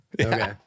Okay